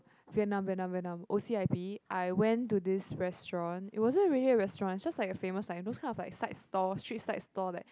Vietnam Vietnam Vietnam O_C_I_B I went to this restaurant it wasn't really a restaurant it just like a famous like those kind of side store street side store like